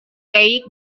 keik